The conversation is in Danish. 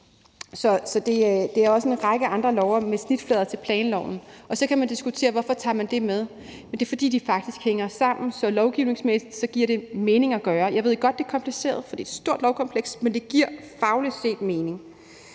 handler også om en række andre love med snitflader til planloven, og så kan man diskutere, hvorfor man tager det med. Men det er, fordi det faktisk hænger sammen, så lovgivningsmæssigt giver det mening at gøre. Jeg ved godt, det er kompliceret, for det er et stort lovkompleks, men det giver fagligt set mening.